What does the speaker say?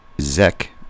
Zek